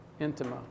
Intima